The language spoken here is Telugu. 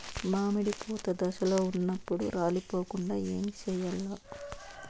మామిడి పూత దశలో ఉన్నప్పుడు రాలిపోకుండ ఏమిచేయాల్ల?